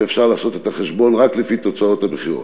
ואפשר לעשות את החשבון רק לפי תוצאות הבחירות.